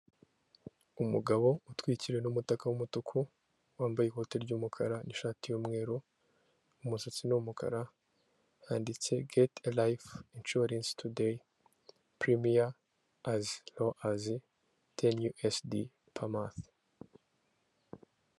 Umugabo utwikiriwe n'umutaka w'umutuku wambaye ikoti ry'umukara n'ishati y'umweru, umusatsi w'umukara handitse geti e layifu inshuwarensi tudeyy purimiya, azi lowu azi, teni yuesidi pa mafu.